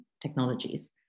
technologies